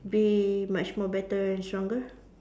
be much more better and stronger